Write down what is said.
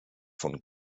von